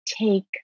take